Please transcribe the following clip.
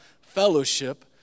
fellowship